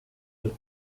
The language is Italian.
del